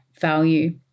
value